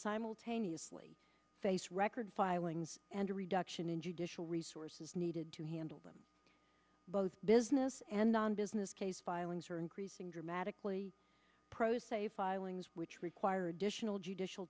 simultaneously face record filings and a reduction in judicial resources needed to handle them both business and non business case filings are increasing dramatically pros say filings which require additional judicial